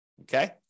okay